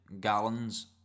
gallons